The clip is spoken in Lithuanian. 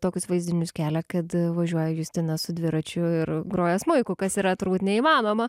tokius vaizdinius kelia kad važiuoja justina su dviračiu ir groja smuiku kas yra turbūt neįmanoma